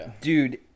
dude